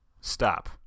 Stop